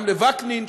וגם לווקנין,